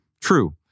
true